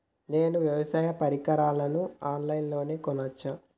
నేను వ్యవసాయ పరికరాలను ఆన్ లైన్ లో కొనచ్చా?